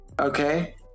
Okay